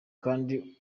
kandi